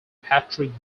patrick